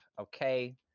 Okay